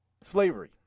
slavery